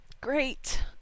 Great